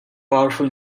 powerful